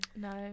No